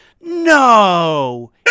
no